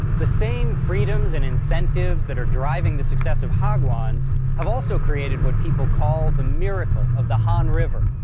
the same freedoms and incentives that are driving the success of hagwons have also created what people call the miracle of the han river,